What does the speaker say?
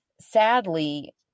Sadly